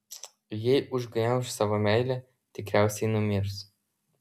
jei užgniauš savo meilę tikriausiai numirs